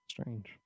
Strange